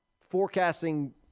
forecasting